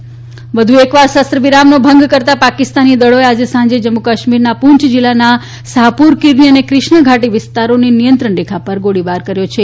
જમ્મુ કાશ્મીર ગોળીબાર વધુ એકવાર શસ્ત્ર વિરામનો ભંગ કરતા પાકિસ્તાની દળોએ આજે સાંજે જમ્મુ કાશ્મીરના પુંચ જીલ્લાના શાહપુર કીરની અને ક્રીષ્ના ઘાટી વિસ્તારોની નિયંત્રણ રેખા પર ગોળીબાર કર્યો છે